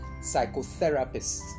psychotherapists